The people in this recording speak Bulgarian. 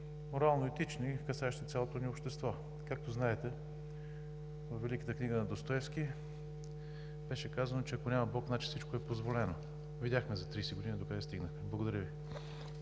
морално-етични причини, касаещи по-скоро цялото ни общество. Както знаете, във великата книга на Достоевски беше казано, че ако няма Бог, значи всичко е позволено. Видяхме за 30 години докъде стигнахме! Благодаря Ви.